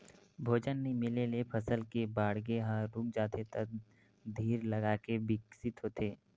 भोजन नइ मिले ले फसल के बाड़गे ह रूक जाथे त धीर लगाके बिकसित होथे